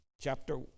chapter